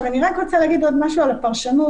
אני רק רוצה להגיד עוד משהו על הפרשנות.